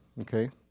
okay